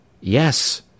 Yes